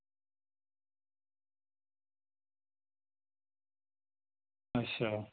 अच्छा